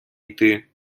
йти